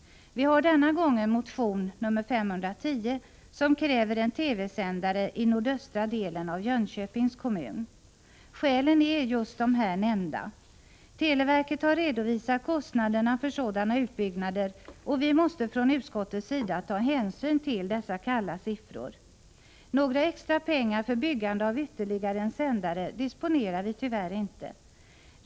Vi har denna gång behandlat en motion, nr 510, där det krävs en TV-sändare i nordöstra delen av Jönköpings kommun. Skälen är just de här nämnda. Televerket har redovisat kostnaderna för sådana utbyggnader, och vi måste från utskottets sida ta hänsyn till dessa kalla siffror. Några extra pengar för byggande av ytterligare en sändare disponerar vi tyvärr inte.